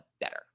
better